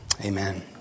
Amen